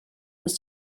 was